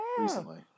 recently